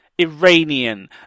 Iranian